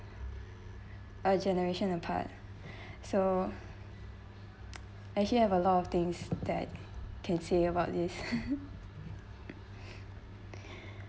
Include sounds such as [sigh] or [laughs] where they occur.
a generation apart so actually I have a lot of things that can say about this [laughs]